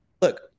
look